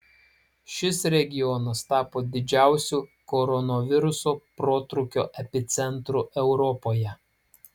šis regionas tapo didžiausiu koronaviruso protrūkio epicentru europoje